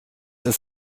ist